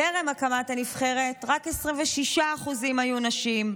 טרם הקמת הנבחרת רק 26% היו נשים.